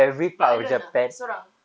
but alone ah seorang